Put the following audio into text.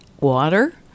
water